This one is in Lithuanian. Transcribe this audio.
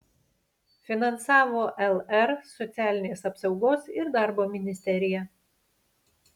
finansavo lr socialinės apsaugos ir darbo ministerija